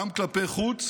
גם כלפי חוץ